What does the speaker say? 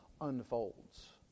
unfolds